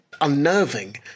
unnerving